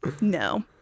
No